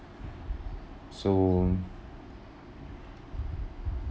so